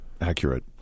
accurate